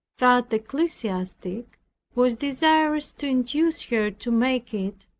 that ecclesiastic was desirous to induce her to make it,